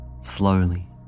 slowly